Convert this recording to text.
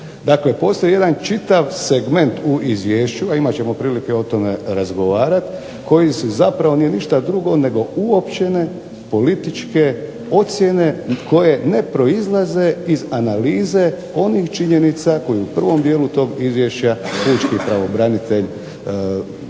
postoji jedan čitav segment u izvješću, a imat ćemo prilike o tome razgovarati, koji zapravo nije ništa drugo nego uopćene političke ocjene i koje ne proizlaze iz analize onih činjenica koje je u prvom dijelu tog izvješća pučki pravobranitelj dao